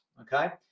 okay